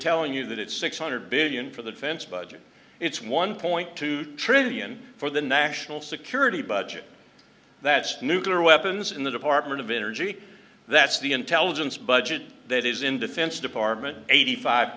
telling you that it's six hundred billion for the defense budget it's one point two trillion for the national security budget that's nuclear weapons in the department of energy that's the intelligence budget that is in defense department eighty five